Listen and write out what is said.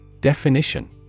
Definition